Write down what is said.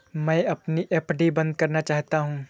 मैं अपनी एफ.डी बंद करना चाहता हूँ